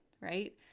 right